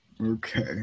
Okay